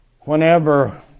whenever